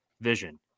vision